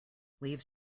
leaves